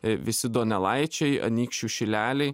visi donelaičiai anykščių šileliai